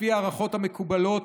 לפי ההערכות המקובלות,